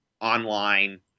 online